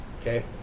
Okay